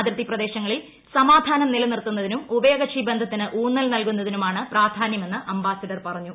അതിർത്തി പ്രദേശങ്ങളിൽ സമാധാനം നിലനിർത്തുന്നതിനും ഉഭയകക്ഷി ബന്ധത്തിന് ഉൌന്നൽ നൽകുന്നതിനുമാണ് പ്രാധാന്യമെന്ന് അംബാസിഡർ പറഞ്ഞു